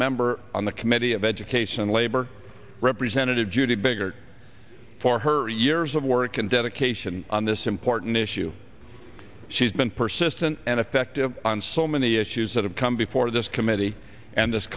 member on the committee of education and labor representative judy biggert for her years of work and dedication on this important issue she's been persistent and effective on so many issues that have come before this committee and this